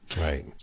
Right